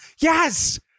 Yes